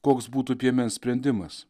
koks būtų piemens sprendimas